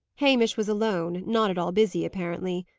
hamish was alone, not at all busy, apparently.